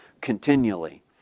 continually